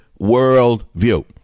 worldview